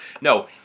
No